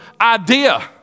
idea